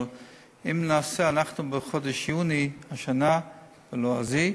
אבל אנחנו בחודש יוני בשנה הלועזית,